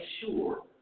sure